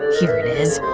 here it is!